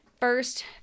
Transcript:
first